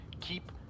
keep